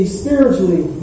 spiritually